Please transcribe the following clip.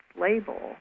label